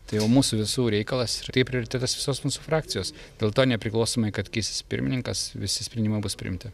tai jau mūsų visų reikalas ir tai prioritetas visos mūsų frakcijos dėl to nepriklausomai kad keisis pirmininkas visi sprendimai bus priimti